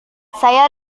saya